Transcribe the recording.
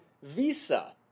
Visa